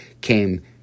came